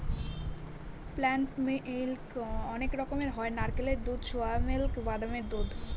plant milk অনেক রকমের হয় নারকেলের দুধ, সোয়া মিল্ক, বাদামের দুধ